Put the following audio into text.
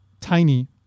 tiny